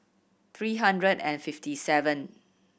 three hundred and fifty seven